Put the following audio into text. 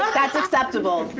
that's acceptable.